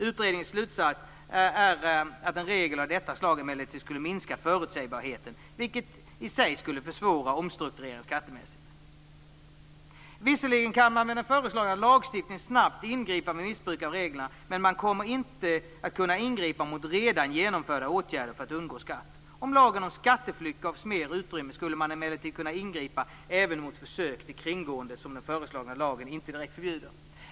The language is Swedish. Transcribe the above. Utredningens slutsats är att en regel av detta slag emellertid skulle minska förutsägbarheten, vilket i sig skulle försvåra omstruktureringen skattemässigt. Visserligen kan man med den föreslagna lagstiftningen snabbt ingripa vid missbruk av reglerna, men man kommer inte att kunna ingripa mot redan genomförda åtgärder för att undgå skatt. Om lagen om skatteflykt gavs mer utrymme skulle man emellertid kunna ingripa även mot försök till kringgående, som den föreslagna lagen inte direkt förbjuder.